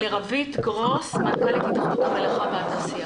עכשיו נעבור לרווית גרוס מנכ"לית התאחדות המלאכה והתעשייה.